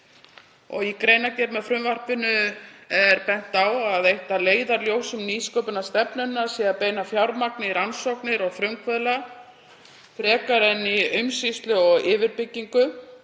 Í greinargerð með frumvarpinu er bent á að eitt af leiðarljósum nýsköpunarstefnunnar sé að beina fjármagni í rannsóknir og frumkvöðla frekar en umsýslu og yfirbyggingu.